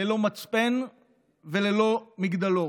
ללא מצפן וללא מגדלור.